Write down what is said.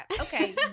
Okay